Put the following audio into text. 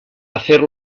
hacer